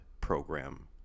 program